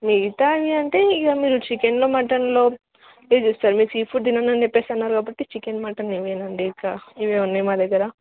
మిగతా అన్నీ అంటే ఇక మీరు చికెన్లో మటన్లో ఏ చేస్తారు మీరు సీఫుడ్ తినను అని చెప్పేస్తున్నారు కాబట్టి చికెన్ మటన్ ఏవేనండి ఇకా ఇవే ఉన్నాయి మా దగ్గర